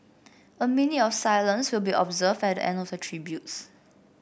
a minute of silence will be observed at the end of the tributes